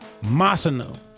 Masano